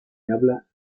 habla